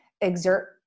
exert